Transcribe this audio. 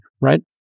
right